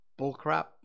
bullcrap